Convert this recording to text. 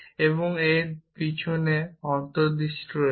এবং এর পিছনে অন্তর্দৃষ্টি রয়েছে